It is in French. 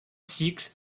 cycles